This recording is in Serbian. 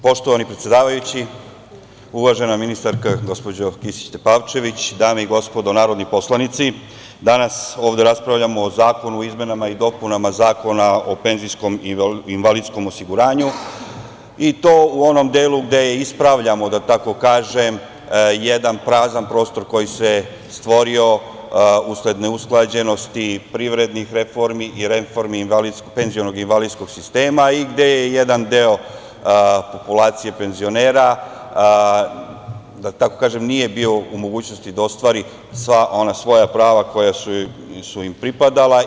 Poštovani predsedavajući, uvažena ministarka gospođo Kisić Tepavčević, dame i gospodo narodni poslanici, danas ovde raspravljamo o Zakonu o izmenama i dopunama Zakona o penzijsko-invalidskom osiguranju, i to u onom delu gde ispravljamo, da tako kažem, jedan prazan prostor koji se stvorio usled neusklađenosti privrednih reformi i reformi penziono-invalidskog sistema i gde jedan deo populacije penzionera, da tako kažem, nije bio u mogućnosti da ostvari sva ona svoja prava koja su im pripadala.